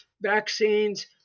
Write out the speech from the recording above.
vaccines